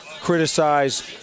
criticize